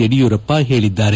ಯಡಿಯೂರಪ್ಪ ಹೇಳಿದ್ದಾರೆ